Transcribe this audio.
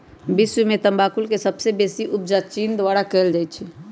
विश्व में तमाकुल के सबसे बेसी उपजा चीन द्वारा कयल जाइ छै